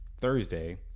Thursday